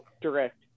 direct